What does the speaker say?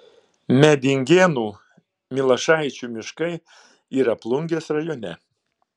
medingėnų milašaičių miškai yra plungės rajone